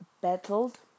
battled